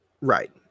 Right